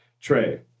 Trey